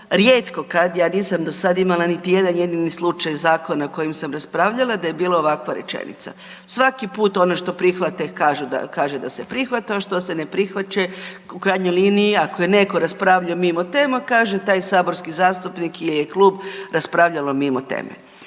Rijetko kad, ja nisam do sad imama niti jedan jedini slučaj zakona o kojem sam raspravljala, da je bila ovakva rečenica „Svaki put ono što prihvate, kaže da se prihvati, to što se ne prihvaća, u krajnjoj liniji, ako je netko raspravljao mimo tema, kaže taj saborski zastupnik ili klub je raspravljalo mimo teme.